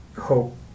hope